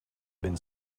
been